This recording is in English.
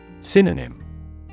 Synonym